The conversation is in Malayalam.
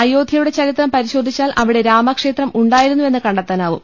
അയോധൃയുടെ ചരിത്രം പരി ശോധിച്ചാൽ അവിടെ രാമക്ഷേത്രം ഉണ്ടായിരുന്നുവെന്ന് കണ്ടെ ത്താനാവും